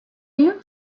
you